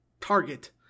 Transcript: target